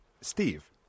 Steve